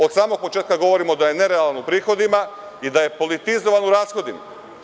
Od samog početka govorimo da je nerealan u prihodima i da je politizovan u rashodima.